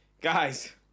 Guys